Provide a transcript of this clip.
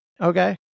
okay